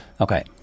okay